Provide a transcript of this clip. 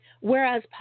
Whereas